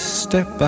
step